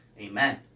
Amen